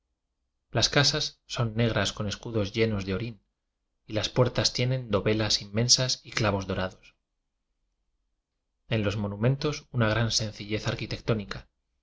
las casas son negras con escudos llenos de orín y las puertas tienen dovelas inmensas y clavos dorados en los monumentos una gran sencillez arquitectónica